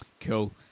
Cool